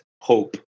hope